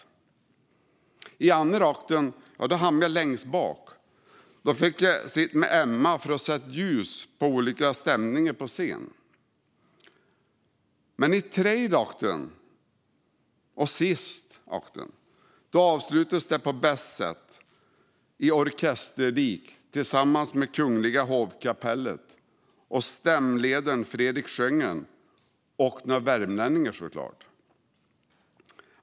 Under andra akten fick jag sitta längst bak med Emma för att sätta ljus och skapa olika stämningar på scenen. Under tredje och sista akten avslutades dagen på bästa sätt, i orkesterdiket tillsammans med Kungliga Hovkapellet, stämledaren Fredrik Söhngen och några värmlänningar såklart.